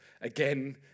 again